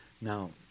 now